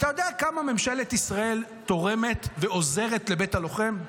אתה יודע כמה ממשלת ישראל תורמת ועוזרת לבית הלוחם?